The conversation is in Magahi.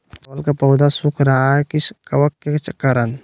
चावल का पौधा सुख रहा है किस कबक के करण?